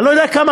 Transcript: אני לא יודע כמה